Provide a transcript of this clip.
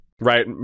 right